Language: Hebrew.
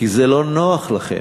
כי זה לא נוח לכם.